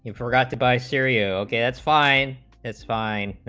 interacted by serial gets five s five,